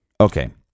Okay